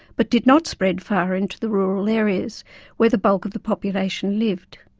but did not spread far into the rural areas where the bulk of the population lived.